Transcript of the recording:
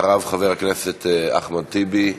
אחריו, חברי הכנסת אחמד טיבי,